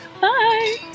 Bye